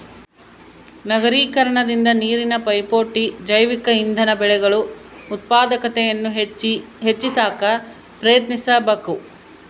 ನಗರೀಕರಣದಿಂದ ನೀರಿನ ಪೈಪೋಟಿ ಜೈವಿಕ ಇಂಧನ ಬೆಳೆಗಳು ಉತ್ಪಾದಕತೆಯನ್ನು ಹೆಚ್ಚಿ ಸಾಕ ಪ್ರಯತ್ನಿಸಬಕು